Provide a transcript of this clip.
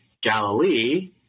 galilee